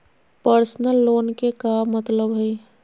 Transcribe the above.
Personal loan के का मतलब हई?